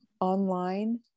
online